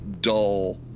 dull